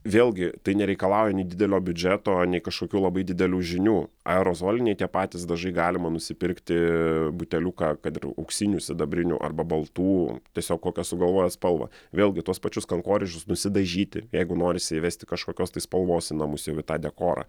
vėlgi tai nereikalauja nei didelio biudžeto nei kažkokių labai didelių žinių aerozoliniai tie patys dažai galima nusipirkti buteliuką kad ir auksinių sidabrinių arba baltų tiesiog kokią sugalvojat spalvą vėlgi tuos pačius kankorėžius nusidažyti jeigu norisi įvesti kažkokios tai spalvos į namus jau į tą dekorą